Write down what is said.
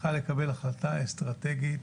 צריכה לקבל החלטה אסטרטגית,